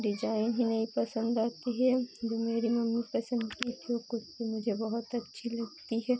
design ही नहीं पसंद आती है जो मेरी मम्मी पसंद की थी वह कुर्ती मुझे बहुत अच्छी लगती है